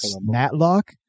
Matlock